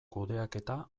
kudeaketa